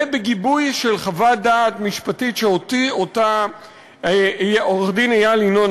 ובגיבוי של חוות דעת משפטית שהוציא עורך-דין איל ינון,